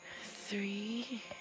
Three